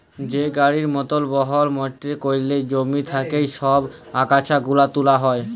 যে গাড়ির মতল বড়হ মটরে ক্যইরে জমি থ্যাইকে ছব আগাছা গুলা তুলা হ্যয়